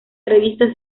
revista